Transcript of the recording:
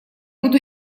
буду